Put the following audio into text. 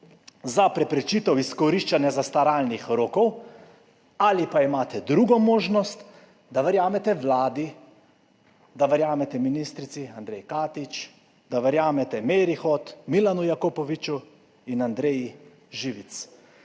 za preprečitev izkoriščanja zastaralnih rokov ali pa imate drugo možnost, da verjamete vladi, da verjamete ministrici Andreji Katič, da verjamete Meri Hot, Milanu Jakopoviču in Andreji Živic,